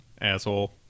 asshole